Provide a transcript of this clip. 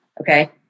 Okay